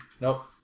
Nope